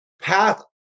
path